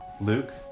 luke